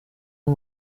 ngo